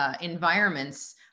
environments